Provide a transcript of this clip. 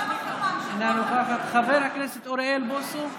אינה נוכחת, חבר הכנסת אוריאל בוסו,